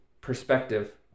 perspective